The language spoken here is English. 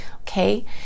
okay